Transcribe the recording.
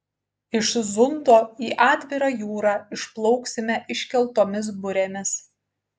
iš zundo į atvirą jūrą išplauksime iškeltomis burėmis